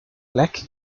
black